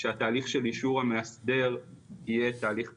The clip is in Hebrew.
שהתהליך של אישור המאסדר יהיה תהליך פשוט.